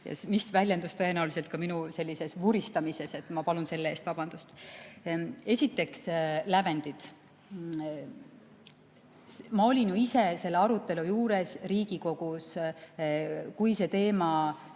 ja see väljendus tõenäoliselt ka minu sellises vuristamises. Ma palun selle eest vabandust. Esiteks, lävendid. Ma olin ise selle arutelu juures Riigikogus, kui see teema